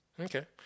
Okay